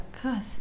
krass